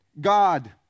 God